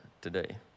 today